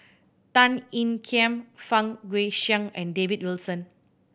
Tan Ean Kiam Fang Guixiang and David Wilson